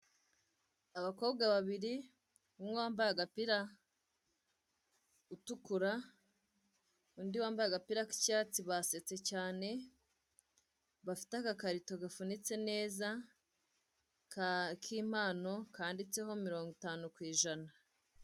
Abakobwa babiri, umwe wambaye agapira utukura, undi wambaye agapira k'icyatsi basetse cyane. Bafite agakarito gafunitse neza k'impano, kanditseho mirongo itanu ku ijana.